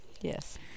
yes